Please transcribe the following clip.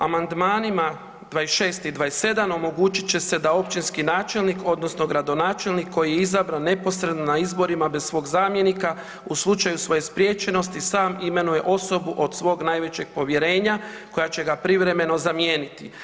Amandmanima 26. i 27. omogućit će se da općinski načelnik odnosno gradonačelnik koji je izabran neposredno na izborima bez svog zamjenika u slučaju svoje spriječenosti sam imenuje osobu od svog najvećeg povjerenja koja će ga privremeno zamijeniti.